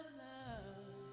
love